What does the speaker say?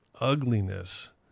ugliness